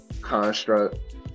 construct